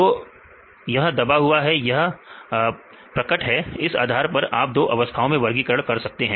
तो यह दबा हुआ है या प्रकाश है इस आधार पर आप 2 अवस्थाओं में वर्गीकरण कर सकते हैं